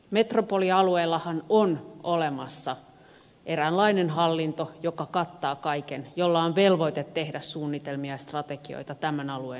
metropolialueellahan on olemassa eräänlainen hallinto joka kattaa kaiken jolla on velvoite tehdä suunnitelmia ja strategioita tämän alueen hyväksi